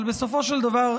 אבל בסופו של דבר,